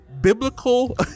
biblical